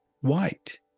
white